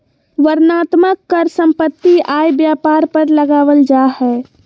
वर्णनात्मक कर सम्पत्ति, आय, व्यापार पर लगावल जा हय